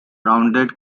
rounded